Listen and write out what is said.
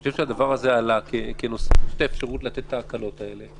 אני חושב שהדבר הזה עלה כנושא שיש את האפשרות לתת את ההקלות האלה.